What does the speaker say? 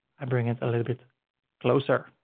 i bring it a little bit closer.